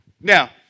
Now